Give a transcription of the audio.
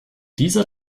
dieser